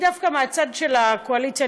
אני דווקא מהצד של הקואליציה,